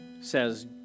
says